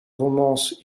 romances